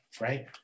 Right